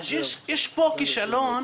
אז יש פה כישלון